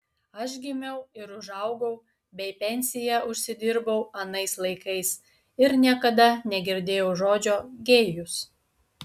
aš gimiau ir užaugau bei pensiją užsidirbau anais laikais ir niekada negirdėjau žodžio gėjus